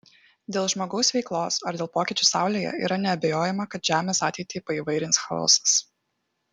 dėl žmogaus veiklos ar dėl pokyčių saulėje yra neabejojama kad žemės ateitį paįvairins chaosas